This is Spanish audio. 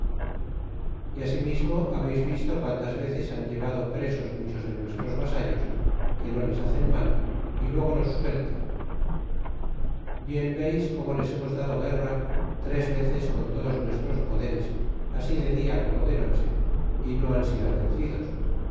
y asimismo habeis visto guantes veces han llevado presos muchos de nuestros vasallos que no les hacen mal y luego los sueltan bien veis como les hemos dado guerra tres veces con todos nuestros poderes así de dia como de noche y no han sido vencidos